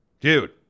dude